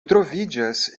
troviĝas